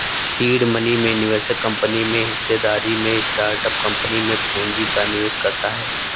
seed money में निवेशक company में हिस्सेदारी में स्टार्टअप कंपनी में पूंजी का निवेश करता है